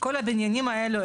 מה שהבניינים האלה,